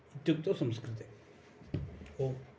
इत्युक्तौ संस्कृते ओम्